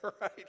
right